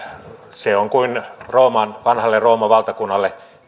se on kuin vanhalle rooman valtakunnalle